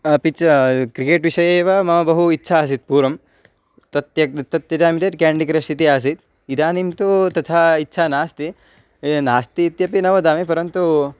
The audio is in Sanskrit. अपि च क्रिकेट् विषये एव मम बहु इच्छा आसीत् पूर्वं तत् त्यज तत् त्यजामि चेत् केण्डि क्रश् इति आसीत् इदानीं तु तथा इच्छा नास्ति नास्ति इत्यपि न वदामि परन्तु